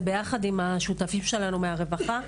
זה ביחד עם השותפים שלנו מהרווחה.